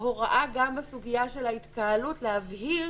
הוראה גם בסוגיה של ההתקהלות, להבהיר